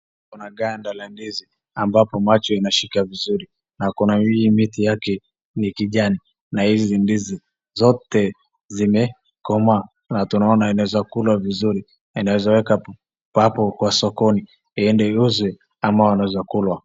Kuna ganda la ndizi , ambapo macho inashika vizuri na kuna hii miti yake ni kijani na hizi ndizi zote zimekoma na tunaona inaeza kulwa vizuri inaeza ekwa papo kwa sokoni iende iuzwe ama inaeza kulwa.